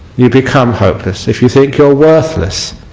you become hopeless if you think you are worthless